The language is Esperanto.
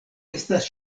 estas